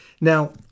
Now